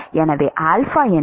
எனவே ஆல்பா என்பது